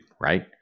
right